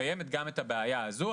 קיימת גם הבעיה הזו,